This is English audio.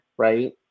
right